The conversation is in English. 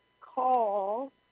call